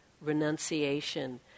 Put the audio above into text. renunciation